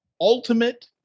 Ultimate